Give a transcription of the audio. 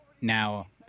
now